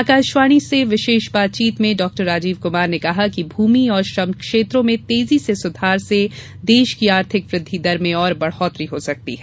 आकाशवाणी से विशेष बातचीत में डाक्टर राजीव कुमार ने कहा कि भूमि और श्रम क्षेत्रों में तेजी से सुधार से देश की आर्थिक वृद्धि दर में और बढ़ोत्तरी हो सकती है